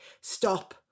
stop